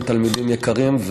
תלמידים יקרים,